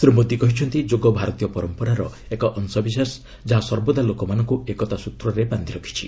ଶ୍ରୀ ମୋଦି କହିଛନ୍ତି ଯୋଗ ଭାରତୀୟ ପରମ୍ପରାର ଏକ ଅଂଶବିଶେଷ ଯାହା ସର୍ବଦା ଲୋକଙ୍କ ଏକତା ସ୍ତ୍ରରେ ବାନ୍ଧି ରଖିଛି